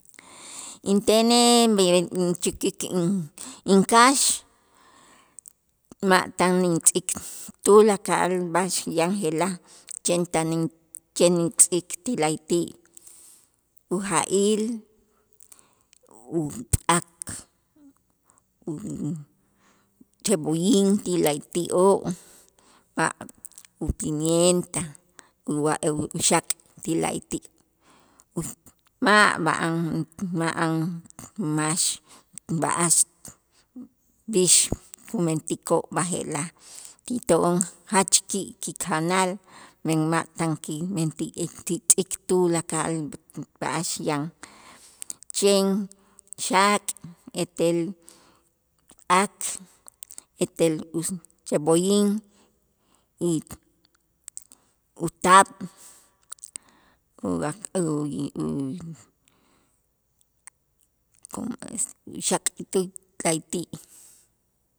Intenej inchäkik in- inkax ma' tan intz'ik tulakal b'a'ax yan je'la' chen tan in chen intz'ik ti la'ayti' uja'il, up'ak, u- u- ucebollin ti la'ayti'oo' wa upimienta uxaak' ti la'ayti' ma' ma'an ma'an max b'a'ax b'ix kumentikoo' b'aje'laj kito'on jach ki' kijanal men ma' tan kimenti ti tz'ik tulakal b'a'ax yan, chen xaak' etel ak' etel us cebollin y utaab', u- u- u como es xaak' la'ayti'.